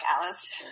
Alice